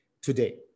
today